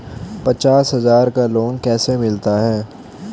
पचास हज़ार का लोन कैसे मिलता है?